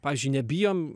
pavyzdžiui nebijom